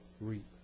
reap